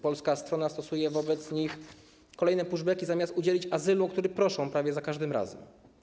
Polska strona stosuje wobec nich kolejne pushbacki, zamiast udzielić azylu, o który proszą prawie za każdym razem.